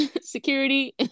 Security